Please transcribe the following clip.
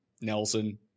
Nelson